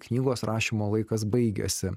knygos rašymo laikas baigiasi